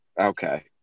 Okay